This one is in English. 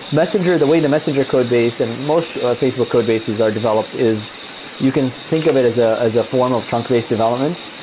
messenger, the way the messenger codebase and most of facebook codebases are developed is you can think of it as ah as a form of trunk based development.